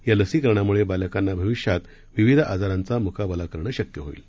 या लसीकरणामुळे बालकांना भविष्यात विविध आजारांचा मुकाबला करणं शक्य होईल